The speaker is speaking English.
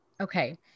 Okay